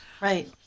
right